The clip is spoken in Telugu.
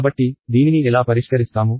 కాబట్టి దీనిని ఎలా పరిష్కరిస్తాము